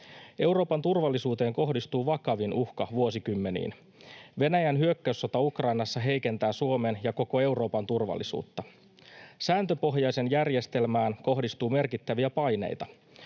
Euroopan turvallisuuteen kohdistuu vakavin uhka vuosikymmeniin. Venäjän hyökkäyssota Ukrainassa heikentää Suomen ja koko Euroopan turvallisuutta. Sääntöpohjaiseen järjestelmään kohdistuu merkittäviä paineita.